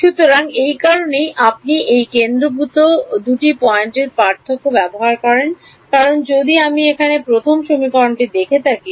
সুতরাং এই কারণেই আপনি এই কেন্দ্রীভূত দুটি পয়েন্টের পার্থক্যটি ব্যবহার করেন কারণ যদি আমি এখানে প্রথম সমীকরণটি দেখে থাকি